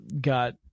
got